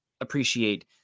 appreciate